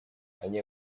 они